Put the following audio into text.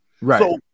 Right